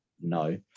No